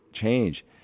change